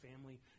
family